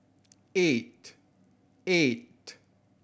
eight eight